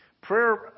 Prayer